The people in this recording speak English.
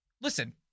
listen